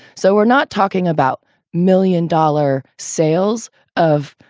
so we're not talking about million dollar sales of,